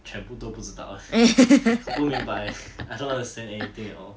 全都都不知道我不明白 I don't understand anything at all